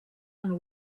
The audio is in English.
and